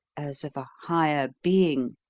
as of a higher being,